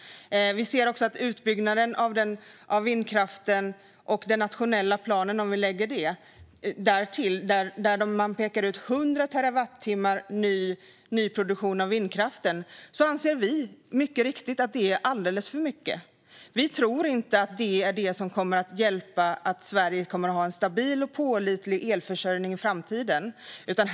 När det gäller utbyggnaden av vindkraften pekar man i den nationella planen ut 100 terawattimmar i nyproduktion, vilket vi mycket riktigt anser är alldeles för mycket. Vi tror inte att det är det som kommer att hjälpa Sverige till en stabil och pålitlig elförsörjning i framtiden.